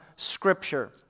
Scripture